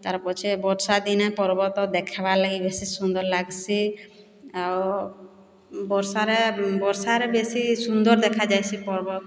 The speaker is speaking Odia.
ତାର୍ ପଛେ ବର୍ଷା ଦିନ ପର୍ବତ୍ରେ ଦେଖ୍ବାର୍ ଲାଗି ବେଶୀ ସୁନ୍ଦର୍ ଲାଗ୍ସି ଆଉ ବର୍ଷାରେ ବର୍ଷାରେ ବେଶୀ ସୁନ୍ଦର୍ ଦେଖାଯାଏସି ପର୍ବତ୍